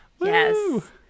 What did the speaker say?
Yes